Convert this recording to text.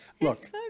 look